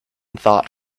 thought